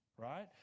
Right